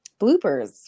bloopers